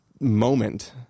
moment